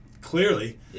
clearly